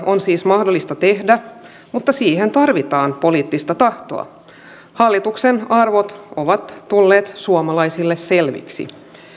on siis mahdollista tehdä mutta siihen tarvitaan poliittista tahtoa hallituksen arvot ovat tulleet suomalaisille selviksi